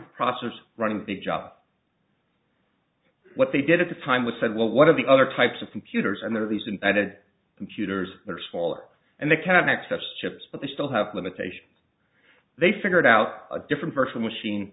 microprocessors running a big job what they did at the time was said well what are the other types of computers and there are these embedded computers that are smaller and they can access chips but they still have limitations they figured out a different virtual machine